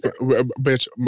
Bitch